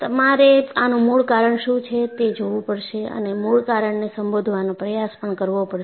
તમારે આનું મૂળ કારણ શું છે તે જોવું પડશે અને મૂળ કારણને સંબોધવાનો પ્રયાસ પણ કરવો પડશે